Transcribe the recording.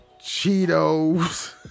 Cheetos